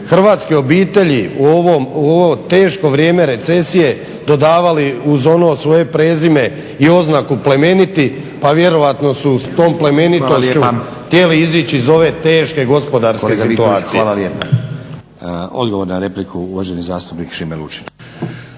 hrvatske obitelji u ovom, u ovo teško vrijeme recesije dodavali uz ono svoje prezime i oznaku plemeniti, pa vjerojatno su s tom plemenitošću htjeli iz ove teške gospodarske krize.